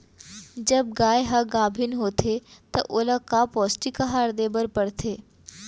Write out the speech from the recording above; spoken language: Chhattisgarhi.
जब गाय ह गाभिन होथे त ओला का पौष्टिक आहार दे बर पढ़थे?